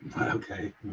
Okay